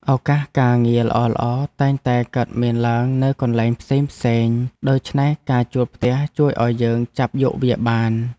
ឱកាសការងារល្អៗតែងតែកើតមានឡើងនៅកន្លែងផ្សេងៗ ដូច្នេះការជួលផ្ទះជួយឱ្យយើងចាប់យកវាបាន។